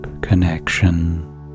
connection